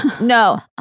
No